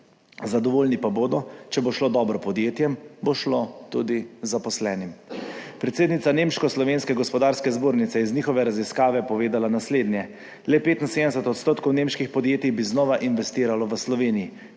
Zadovoljni pa bodo, če bo šlo dobro podjetjem, takrat bo šlo dobro tudi zaposlenim. Predsednica Slovensko-nemške gospodarske zbornice je iz njihove raziskave povedala naslednje – le 75 % nemških podjetij bi znova investiralo v Sloveniji.